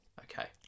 okay